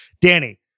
Danny